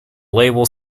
label